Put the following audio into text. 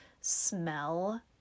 smell